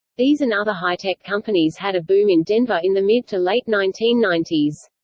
these and other high-tech companies had a boom in denver in the mid to late nineteen ninety s.